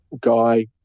guy